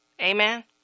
Amen